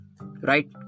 Right